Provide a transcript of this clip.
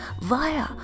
via